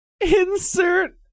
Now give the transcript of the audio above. Insert